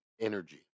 Energy